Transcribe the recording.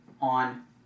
on